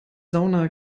sauna